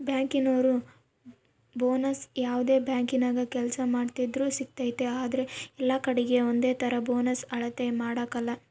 ಬ್ಯಾಂಕಿನೋರು ಬೋನಸ್ನ ಯಾವ್ದೇ ಬ್ಯಾಂಕಿನಾಗ ಕೆಲ್ಸ ಮಾಡ್ತಿದ್ರೂ ಸಿಗ್ತತೆ ಆದ್ರ ಎಲ್ಲಕಡೀಗೆ ಒಂದೇತರ ಬೋನಸ್ ಅಳತೆ ಮಾಡಕಲ